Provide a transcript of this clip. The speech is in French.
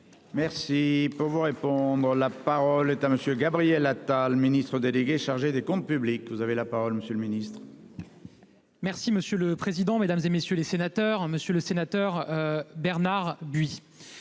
Merci pour vous répondre. La parole est à monsieur Gabriel Attal Ministre délégué chargé des Comptes publics, vous avez la parole. Monsieur le Ministre. Merci monsieur le président, Mesdames, et messieurs les sénateurs, monsieur le sénateur. Bernard, lui.